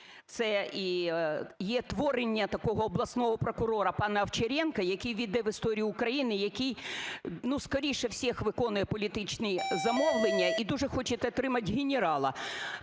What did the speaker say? Це і є творення такого обласного прокурора - пана Овчаренка, який ввійде в історію України, який, ну, скоріше всіх виконує політичні замовлення і дуже хоче отримати генерала,